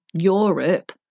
Europe